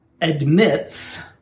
admits